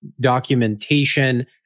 documentation